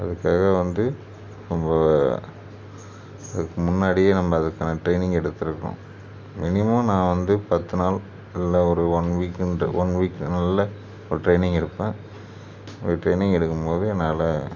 அதுக்காக வந்து நம்ம அதுக்கு முன்னாடியே நம்ம அதுக்கான ட்ரைனிங் எடுத்துருக்கணும் மினிமம் நான் வந்து பத்து நாள் இல்லை ஒரு ஒன் வீக்குன்ட்டு ஒன் வீக்கு நல்ல ஒரு ட்ரைனிங் எடுப்பேன் அப்படி ட்ரைனிங் எடுக்கும் போது என்னால்